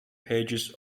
pages